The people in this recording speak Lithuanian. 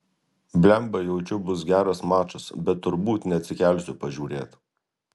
blemba jaučiu bus geras mačas bet turbūt neatsikelsiu pažiūrėt